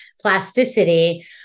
plasticity